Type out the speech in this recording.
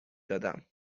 دادم